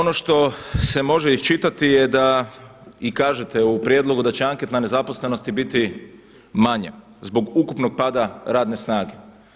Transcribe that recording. Ono što se može iščitati je da i kažete u prijedlogu da će anketna nezaposlenost biti manja zbog ukupnog pada radne snage.